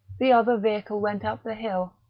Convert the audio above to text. the other vehicle went up the hill.